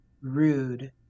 rude